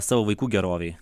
savo vaikų gerovei